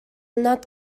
not